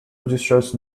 registers